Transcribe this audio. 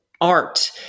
art